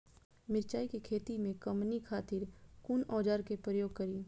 मिरचाई के खेती में कमनी खातिर कुन औजार के प्रयोग करी?